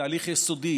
בתהליך יסודי,